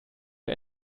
wir